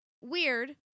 weird